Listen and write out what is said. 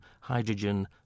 hydrogen